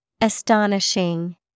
Astonishing